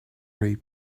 ray